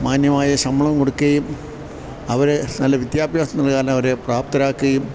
മാന്യമായ ശമ്പളം കൊടുക്കയും അവരെ നല്ല വിദ്യാഭ്യാസത്തിന് അവരെ പ്രാപ്തരാക്കുകയും